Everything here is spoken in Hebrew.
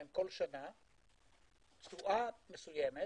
כימיקלים במה שהגישו רשות המיסים